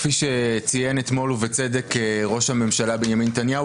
כפי שציין אתמול ובצדק ראש הממשלה בנימין נתניהו,